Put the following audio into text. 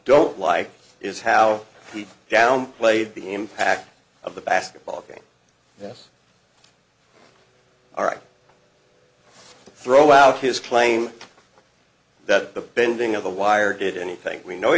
don't like is how he downplayed the impact of the basketball game yes all right throw out his claim that the bending of the wire did anything we know